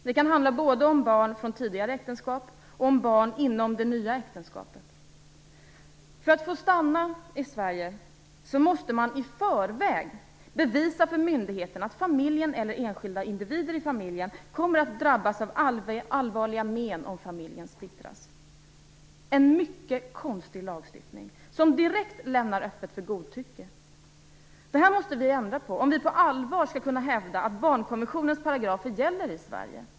Det kan handla både om barn från tidigare äktenskap och om barn inom det nya äktenskapet. För att få stanna i Sverige måste man i förväg bevisa för myndigheterna att familjen eller enskilda individer i familjen kommer att drabbas av allvarliga men om familjen splittras. Det är en mycket konstig lagstiftning, som direkt lämnar öppet för godtycke. Det här måste vi ändra på om vi på allvar skall kunna hävda att barnkonventionens paragrafer gäller i Sverige.